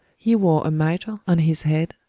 he wore a mitre on his head,